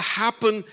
happen